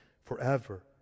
forever